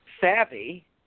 savvy